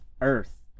Earth